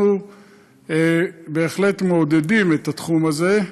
אנחנו בהחלט מעודדים את התחום הזה.